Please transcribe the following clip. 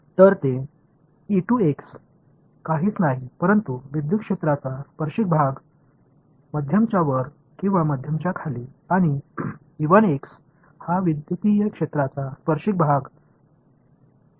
तर हे काहीच नाही परंतु विद्युतीय क्षेत्राचा स्पर्शिक भाग मध्यमच्या वर किंवा मध्यमच्या खाली आणि हा विद्युतीय क्षेत्राचा स्पर्शिक भाग मध्यमच्या वर आहे